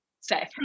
say